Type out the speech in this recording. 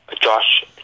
Josh